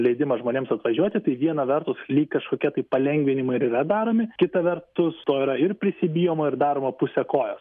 leidimą žmonėms atvažiuoti tai viena vertus lyg kažkokie tai palengvinimai ir yra daromi kita vertus to yra ir prisibijoma ir daroma puse kojos